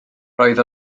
roedd